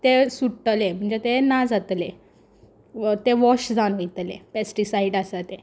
ते सुट्टले म्हणजे ते ना जातले वा ते वॉश जावन वयतले पॅस्टिसाइड आसा ते